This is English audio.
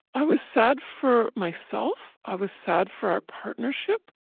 i was sad for myself. i was sad for our partnership.